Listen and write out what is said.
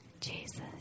Jesus